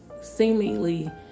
seemingly